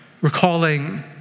recalling